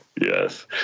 Yes